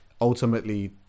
ultimately